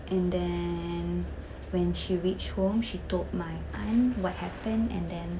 and then when she reached home she told my aunt what happened and then